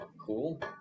Cool